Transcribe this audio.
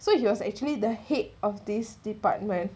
so he was actually the head of this department